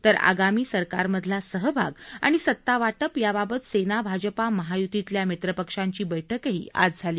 तर आगामी सरकारमधला सहभाग आणि सत्तावाटप याबाबत सेना भाजप महायुतीतल्या मित्रपक्षांची बैठकही आज झाली